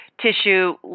tissue